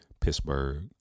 Pittsburgh